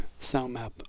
Soundmap